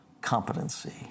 competency